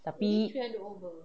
tapi